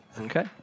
Okay